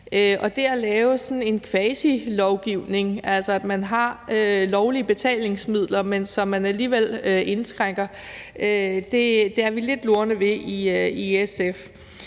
laver sådan en quasilovgivning, altså at man har lovlige betalingsmidler, men hvor man alligevel indskrænker det, er vi i SF lidt lorne ved.